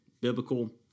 biblical